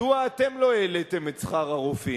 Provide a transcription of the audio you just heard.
מדוע אתם לא העליתם את שכר הרופאים?